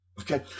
okay